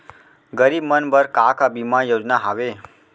गरीब मन बर का का बीमा योजना हावे?